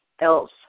else